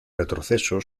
retroceso